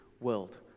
world